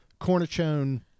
cornichone